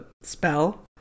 spell